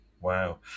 wow